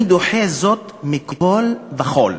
אני דוחה זאת מכול וכול.